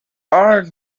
are